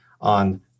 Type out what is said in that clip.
on